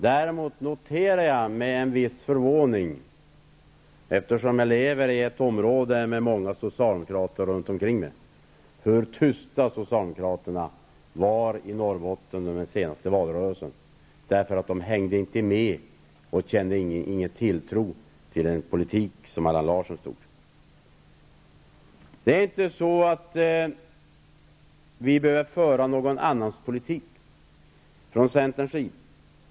Däremot noterar jag med en viss förvåning, eftersom jag lever i ett område med många socialdemokrater runt omkring mig, hur tysta socialdemokraterna var i Norrbotten under den senaste valrörelsen, därför att de inte hängde med och inte kände någon tilltro till den politik som Centern behöver inte föra någon annans politik.